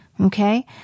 Okay